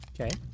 Okay